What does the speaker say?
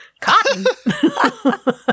Cotton